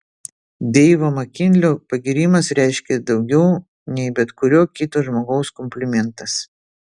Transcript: deivo makinlio pagyrimas reiškė daugiau nei bet kurio kito žmogaus komplimentas